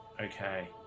Okay